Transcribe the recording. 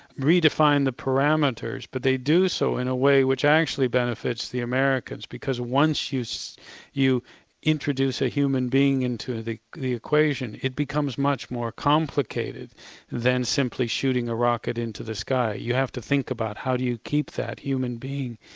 redefine the parameters, but they do so in a way which actually benefits the americans because once you introduce a human being into ah the the equation, it becomes much more complicated than simply shooting a rocket into the sky. you have to think about how do you keep that human being,